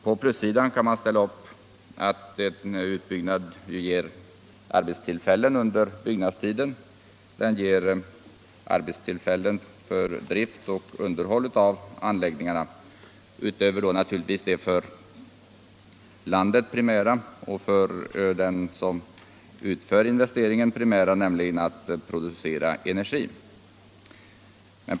På plussidan kan man ställa upp att en utbyggnad ger arbetstillfällen under byggnadstiden. Den ger vidare —- utöver det för landet och den som utför investeringen primära, nämligen att producera energi — arbetstillfällen för drift och underhåll av anläggningen.